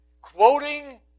quoting